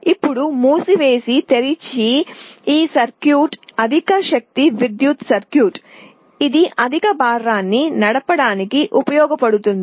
ఇప్పుడు మూసివేసి తెరిచే ఈ సర్క్యూట్ అధిక శక్తి విద్యుత్ సర్క్యూట్ ఇది అధిక భారాన్ని నడపడానికి ఉపయోగపడుతుంది